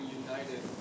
united